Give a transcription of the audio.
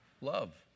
Love